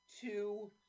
two